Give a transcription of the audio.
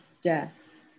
death